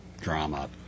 drama